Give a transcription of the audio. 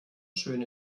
schön